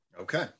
Okay